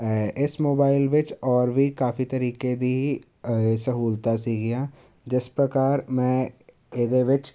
ਇਸ ਮੋਬਾਈਲ ਵਿੱਚ ਔਰ ਵੀ ਕਾਫੀ ਤਰੀਕੇ ਦੀ ਸਹੂਲਤਾਂ ਸੀਗੀਆਂ ਜਿਸ ਪ੍ਰਕਾਰ ਮੈਂ ਇਹਦੇ ਵਿੱਚ